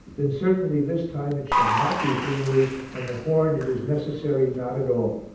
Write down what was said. then certainly this time it shall not be for you and the horn it is necessary not at all.